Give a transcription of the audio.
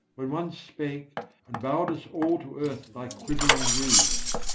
when one spake and bowed us all to earth like quivering reeds,